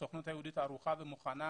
הסוכנות היהודית ערוכה ומוכנה